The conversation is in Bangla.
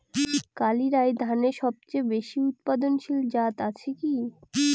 কালিরাই ধানের সবচেয়ে বেশি উৎপাদনশীল জাত আছে কি?